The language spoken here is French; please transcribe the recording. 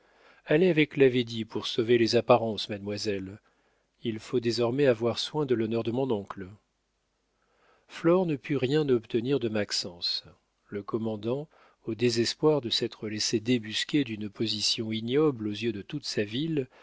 allez avec la védie pour sauver les apparences mademoiselle il faut désormais avoir soin de l'honneur de mon oncle flore ne put rien obtenir de maxence le commandant au désespoir de s'être laissé débusquer d'une position ignoble aux yeux de toute sa ville